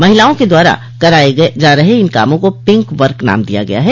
महिलाओं के द्वारा कराये जा रहे इन कामों को पिंक वर्क नाम दिया गया है